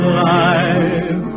life